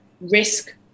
risk